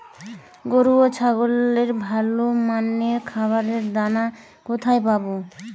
গরু ও ছাগলের ভালো মানের খাবারের দানা কোথায় পাবো?